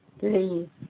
please